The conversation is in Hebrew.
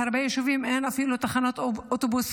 בהרבה יישובים אין אפילו תחנות אוטובוס